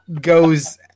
goes